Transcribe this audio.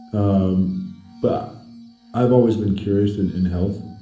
um but i've always been curious and in health.